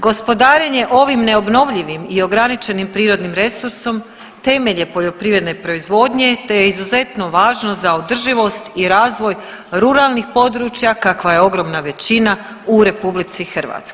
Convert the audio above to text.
Gospodarenje ovim neobnovljivim i ograničenim prirodnim resursom temelj je poljoprivredne proizvodnje, te je izuzetno važno za održivost i razvoj ruralnih područja kakva je ogromna većina u RH.